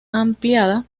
ampliada